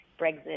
Brexit